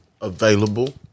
available